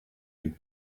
you